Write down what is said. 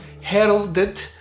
heralded